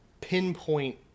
pinpoint